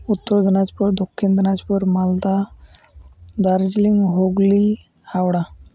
Uttar Dinajpur Dakshin Dinajpur Malda Darjeeling Hooghly Howrah